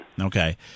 Okay